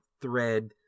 thread